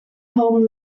home